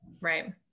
right